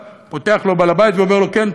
פותח בעל הבית ואומר לו: כן,